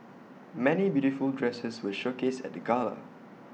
many beautiful dresses were showcased at the gala